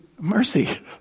mercy